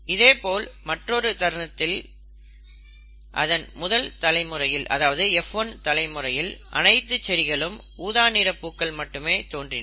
இதேபோல் மற்றொரு தருணத்தில் அதன் முதல் தலைமுறையில் அதாவது F1 தலைமுறையில் அனைத்து செடிகளும் ஊதா நிறப் பூக்கள் மட்டுமே தோன்றின